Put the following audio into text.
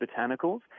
botanicals